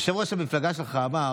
יושב-ראש המפלגה שלך אמר